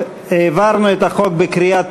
ההצעה להעביר את הצעת חוק האומנה,